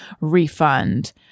refund